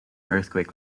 earthquake